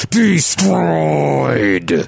destroyed